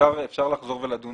אפשר לחזור ולדון